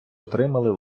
отримали